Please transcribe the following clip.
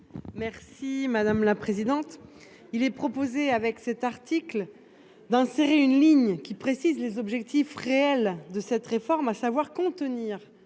Merci madame la présidente. Il est proposé avec cet article dans. C'est une ligne qui précise les objectifs réels de cette réforme a savoir contenir